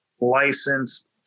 licensed